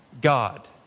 God